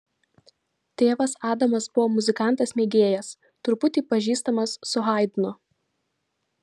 tėvas adamas buvo muzikantas mėgėjas truputį pažįstamas su haidnu